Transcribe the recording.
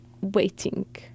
waiting